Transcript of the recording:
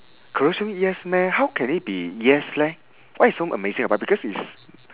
colosseum yes meh how can it be yes leh what is so amazing about because it's